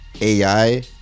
ai